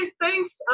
thanks